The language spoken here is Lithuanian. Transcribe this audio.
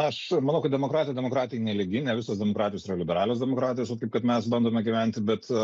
aš manau kad demokratija demokratijai nelygi ne visos demokratijos yra liberalios demokratijos taip kad mes bandome gyventi bet